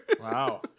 Wow